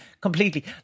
completely